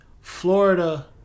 Florida